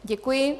Děkuji.